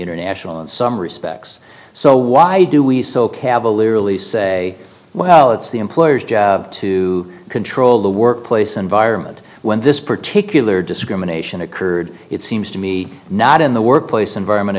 international in some respects so why do we so cavalierly say well it's the employers job to control the workplace environment when this particular discrimination occurred it seems to me not in the workplace environment